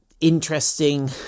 interesting